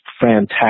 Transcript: fantastic